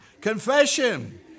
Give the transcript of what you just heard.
Confession